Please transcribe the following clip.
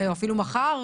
אפילו מחר,